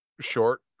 short